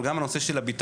אבל גם הנושא של הביטחון.